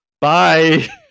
Bye